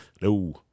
No